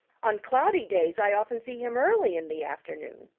on cloudy days i often see him early in the afternoon.